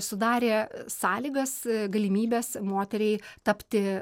sudarė sąlygas galimybes moteriai tapti